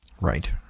Right